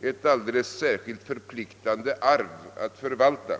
ett alldeles särskilt förpliktande arv att förvalta.